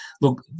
look